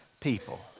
people